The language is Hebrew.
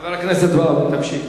חבר הכנסת והבה, תמשיך.